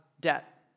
debt